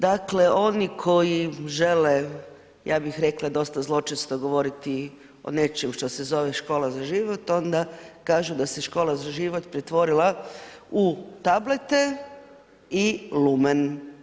Dakle, oni koji žele, ja bih rekla, dosta zločesto govoriti o nečemu što se zove Škola za život, onda kažu da se Škola za život pretvorila u tablete i lumen.